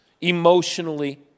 emotionally